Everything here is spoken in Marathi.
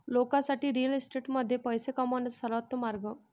लोकांसाठी रिअल इस्टेटमध्ये पैसे कमवण्याचा सर्वोत्तम मार्ग